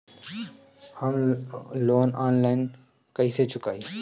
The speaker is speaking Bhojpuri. हम लोन आनलाइन कइसे चुकाई?